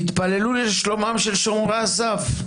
תתפללו לשלומם של שומרי הסף,